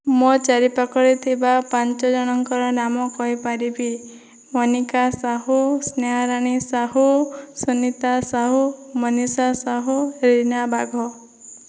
ମୋ ଚାରିପାଖରେ ଥିବା ପାଞ୍ଚଜଣଙ୍କର ନାମ କହିପାରିବି ମୋନିକା ସାହୁ ସ୍ନେହାରାଣୀ ସାହୁ ସୁନିତା ସାହୁ ମନୀଷା ସାହୁ ରୀନା ବାଘ